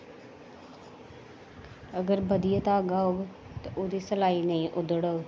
अगर बधिया धागा होग ते ओह् नेईं उदड्ढदा